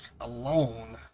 alone